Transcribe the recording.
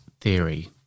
theory